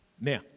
Now